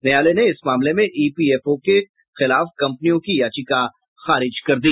न्यायालय ने इस मामले में ईपीएफओ के खिलाफ कंपनियों की याचिका खारिज कर दी